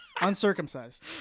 uncircumcised